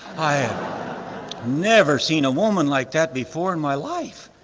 i never seen a woman like that before in my life.